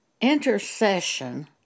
intercession